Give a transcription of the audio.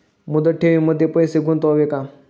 मुदत ठेवींमध्ये पैसे गुंतवावे का?